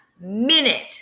minute